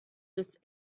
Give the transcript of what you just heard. this